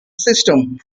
system